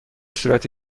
صورت